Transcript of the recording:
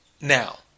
now